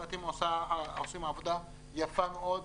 ואתם עושים עבודה יפה מאוד,